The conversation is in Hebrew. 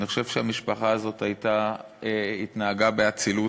אני חושב שהמשפחה הזאת התנהגה באצילות,